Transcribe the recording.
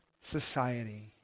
society